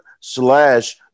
slash